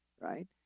right